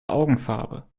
augenfarbe